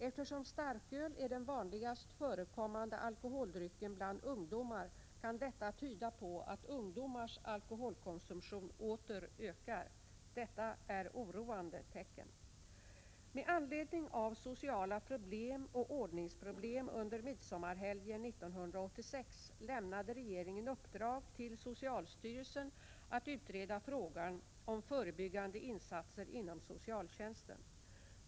Eftersom starköl är den vanligast förekommande alkoholdrycken bland ungdomar kan detta tyda på att ungdomars alkoholkonsumtion åter ökar. Detta är oroande tecken. Med anledning av sociala problem och ordningsproblem under midsommarhelgen 1986 lämnade regeringen uppdrag till socialstyrelsen att utreda frågan om förebyggande insatser inom socialtjänsten.